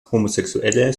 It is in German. homosexuelle